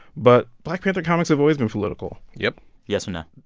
but black panther comics have always been political yep yes or no?